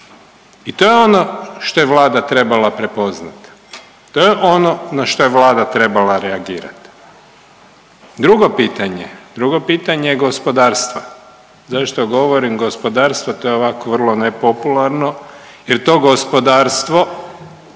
i to je ono što je Vlada trebala prepoznat, to je ono na što je Vlada trebala reagirat. Drugo pitanje, drugo pitanje je gospodarstva. Zašto govorim gospodarstva, to je ovak vrlo nepopularno jer to gospodarstvo,